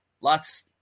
Lots